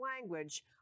language